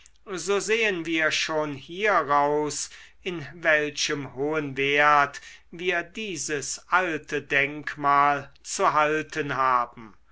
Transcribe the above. so sehen wir schon hieraus in welchem hohen wert wir dieses alte denkmal zu halten haben